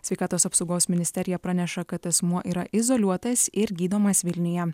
sveikatos apsaugos ministerija praneša kad asmuo yra izoliuotas ir gydomas vilniuje